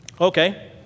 Okay